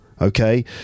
okay